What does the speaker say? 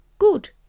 Good